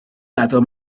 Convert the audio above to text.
meddwl